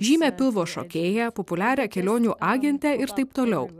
žymią pilvo šokėją populiarią kelionių agentę ir taip toliau